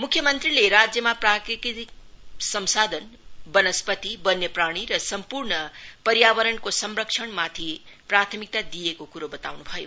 मुख्य मंत्रीले राज्यमा प्राकृतिक सम्पदा बनस्पति वन्यप्राणी र सम्पूर्ण पर्यावरणको संरक्षण माथि प्राथमिकता दिइएको कुरो बताउनु भयो